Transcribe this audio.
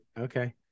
Okay